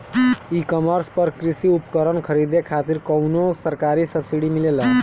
ई कॉमर्स पर कृषी उपकरण खरीदे खातिर कउनो सरकारी सब्सीडी मिलेला?